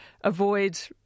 avoid